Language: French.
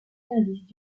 services